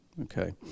okay